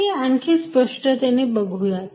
आपण हे आणखी स्पष्टतेने बघुयात